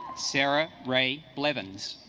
sarah wray levin's